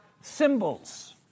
symbols